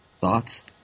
thoughts